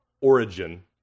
origin